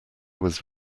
was